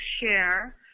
share